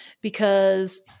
because-